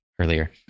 earlier